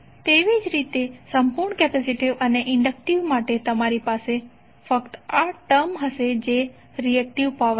તેવી જ રીતે સંપુર્ણ કેપેસિટીવ અને ઈંડક્ટિવ માટે તમારી પાસે ફક્ત આ ટર્મ હશે જે રિએકટીવ પાવર છે